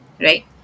right